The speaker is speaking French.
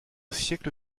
siècle